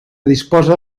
disposa